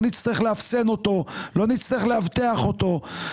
לא נצטרך לאפסן ולאבטח אותו.